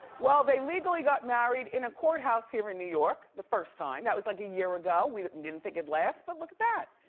well, they legally got married in a courthouse here in new york, the first time, that was like a year ago. we didn't didn't think it'd last, but look at that.